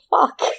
fuck